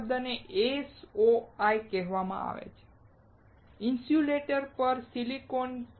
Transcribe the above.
આ શબ્દ ને SOI કહેવાય છે ઇન્સ્યુલેટર પર સિલિકોન